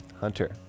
Hunter